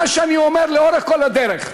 מה שאני אומר לאורך כל הדרך: